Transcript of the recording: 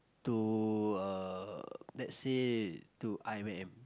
to uh let's say to i_m_m